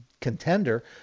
contender